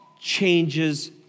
changes